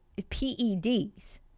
PEDs